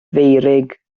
feurig